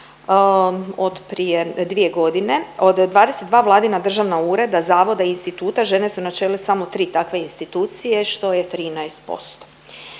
od 22 Vladina državna ureda, zavoda i instituta, žene su na čelu u samo 3 takve institucije što je 13%.